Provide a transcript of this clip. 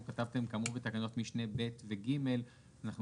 אתם כתבתם "כאמור בתקנות משנה ב' ו-ג'" ואנחנו